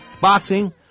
Boxing